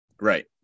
Right